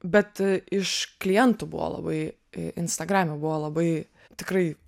bet iš klientų buvo labai instagrame buvo labai tikrai